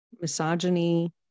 misogyny